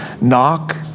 knock